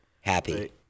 happy